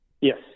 Yes